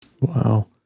Wow